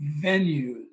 venues